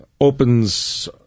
opens